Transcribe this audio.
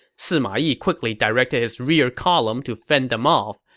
sima yi quickly directed his rear column to fend them off.